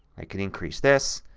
i can increase this.